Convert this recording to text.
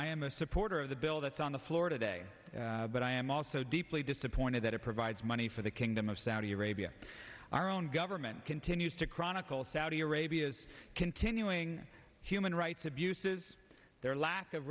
i am a supporter of the bill that's on the floor today but i am also deeply disappointed that it provides money for the kingdom of saudi arabia our own government continues to chronicle saudi arabia's continuing human rights abuses their lack of